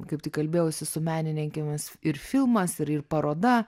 kaip tik kalbėjausi su menininkėmis ir filmas ir ir paroda